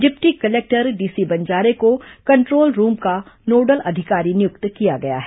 deputy collector DC Banjare को control room का nodal अधिकारी नियुक्त किया गया है